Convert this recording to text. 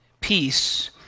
peace